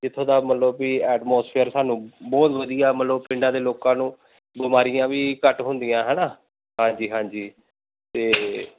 ਜਿੱਥੋਂ ਦਾ ਮਤਲਬ ਵੀ ਐਡਮੋਸਫੇਅਰ ਸਾਨੂੰ ਬਹੁਤ ਵਧੀਆ ਮਤਲਬ ਪਿੰਡਾਂ ਦੇ ਲੋਕਾਂ ਨੂੰ ਬਿਮਾਰੀਆਂ ਵੀ ਘੱਟ ਹੁੰਦੀਆਂ ਹੈ ਨਾ ਹਾਂਜੀ ਹਾਂਜੀ ਅਤੇ